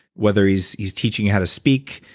whether he's he's teaching you how to speak,